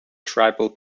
tribal